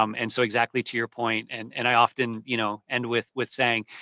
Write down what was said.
um and so, exactly to your point and and i often you know end with with saying,